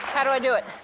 how do i do it?